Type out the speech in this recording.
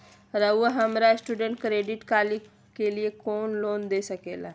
रहुआ हमरा student credit card के लिए लोन दे सके ला?